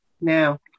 Now